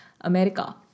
America